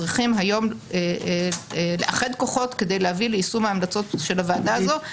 צריכים היום לאחד כוחות כדי להביא ליישום ההמלצות של הוועדה הזו,